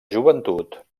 joventut